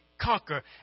conquer